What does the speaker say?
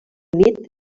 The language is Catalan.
unit